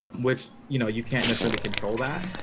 which you know you can't necessarily control that.